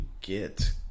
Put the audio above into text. get